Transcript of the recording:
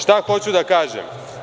Šta hoću da kažem?